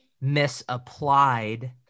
misapplied